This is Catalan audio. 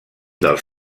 dels